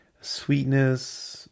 sweetness